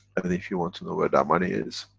and if you want to know where that money is,